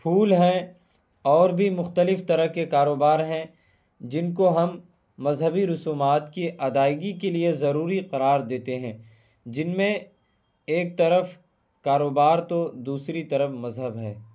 پھول ہیں اور بھی مختلف طرح کے کاروبار ہیں جن کو ہم مذہبی رسومات کی ادائیگی کے لیے ضروری قرار دیتے ہیں جن میں ایک طرف کاروبار تو دوسری طرف مذہب ہے